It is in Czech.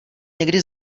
někdy